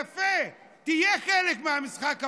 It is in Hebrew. יפה, תהיה חלק מהמשחק הפוליטי.